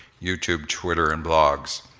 youtube, twitter and blogs.